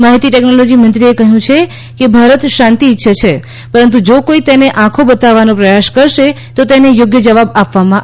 માહિતી ટેકનોલોજી મંત્રીએ કહ્યું હતું કે ભારત શાંતિ ઇચ્છે છે પરંતુ જો કોઈ તેની આંખો બતાવવાનો પ્રયાસ કરશે તો તેને યોગ્ય જવાબ આપવામાં આવશે